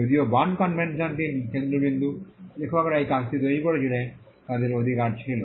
যদিও বার্ন কনভেনশনটির কেন্দ্রবিন্দু লেখকরা এই কাজটি তৈরি করেছিলেন তাদের অধিকার ছিল